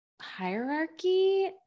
hierarchy